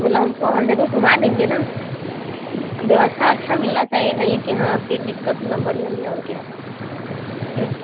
मतलब हम को हर जगह घूमा देंगे ना व्यवस्था अच्छा मिलनी चाहिए नहीं कि हाँ फिर दिक्कत ना बढ़े हमें और क्या क्यों